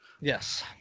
Yes